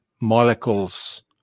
molecules